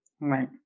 Right